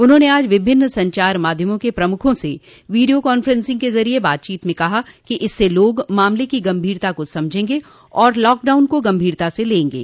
उन्होंने आज विभिन्न संचार माध्यमों के प्रमुखों से वीडियो कांफ्रेंसिंग के जरिए बातचीत में कहा कि इससे लोग मामले की गंभीरता को समझेंगे और लॉकडाउन को गंभीरता से लेंगे